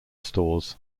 stores